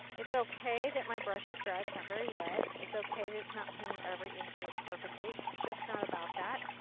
it's okay that my brush is dry. it's not very wet. it's okay that it's not painting every inch of it perfectly. it's just not about that.